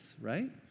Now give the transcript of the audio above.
right